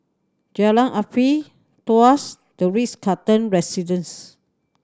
Jalan Afifi Tuas The Ritz Carlton Residences